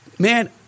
man